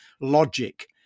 logic